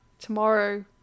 tomorrow